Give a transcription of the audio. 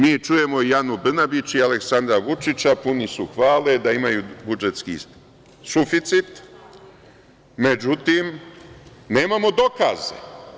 Mi čujemo i Anu Brnabić i Aleksandra Vučića, puni su hvale da imaju budžetski suficit, međutim, nemamo dokaze.